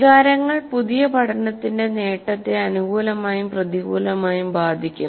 വികാരങ്ങൾ പുതിയ പഠനത്തിന്റെ നേട്ടത്തെ അനുകൂലമായും പ്രതികൂലമായും ബാധിക്കും